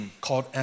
called